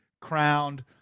crowned